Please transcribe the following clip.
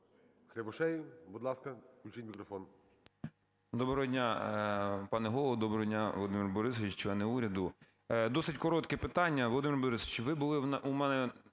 Доброго дня, пане Голово! Доброго дня, Володимир Борисович, члени уряду! Досить коротке питання. Володимир Борисович, ви були у мене